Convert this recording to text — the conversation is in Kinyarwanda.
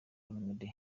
olomide